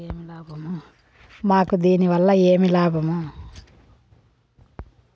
మాకు దీనివల్ల ఏమి లాభం